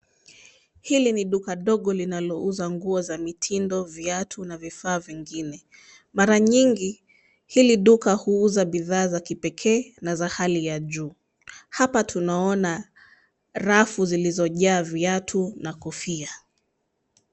Hili ni duka dogo linalouza nguzo za mitindo, viatu na vifaa vingine. Mara nyingi, hili duka huuza bidhaa za kipekee na za hali ya juu . Hapa tunaona rafu zilizojaa viatu na kofia.